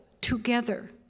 together